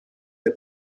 der